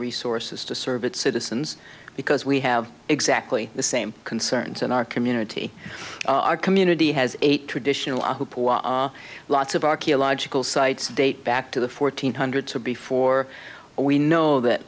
resources to serve its citizens because we have exactly the same concerns in our community our community has a traditional lots of archaeological sites date back to the fourteenth hundred to before we know that